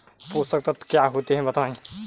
पोषक तत्व क्या होते हैं बताएँ?